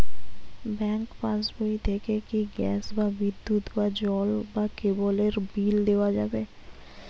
Bank পাশবই থেকে কি গ্যাস বা বিদ্যুৎ বা জল বা কেবেলর বিল দেওয়া যাবে?